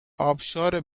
آبشار